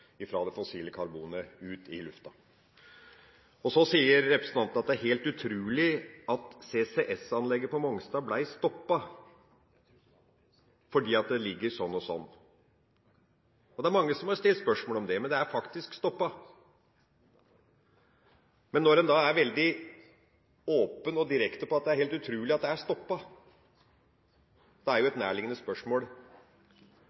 det fossile karbonet ut i luften. Så sier representanten at det er helt utrolig at CCS-anlegget på Mongstad ble stoppet, fordi det ligger sånn og sånn. Det er mange som har stilt spørsmål om det. Men det er faktisk stoppet. Når en da er veldig åpen og direkte på at det er helt utrolig at det er stoppet, er